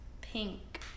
pink